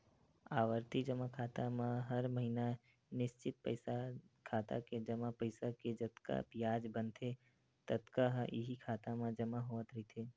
आवरती जमा खाता म हर महिना निस्चित पइसा खाता के जमा पइसा के जतका बियाज बनथे ततका ह इहीं खाता म जमा होवत रहिथे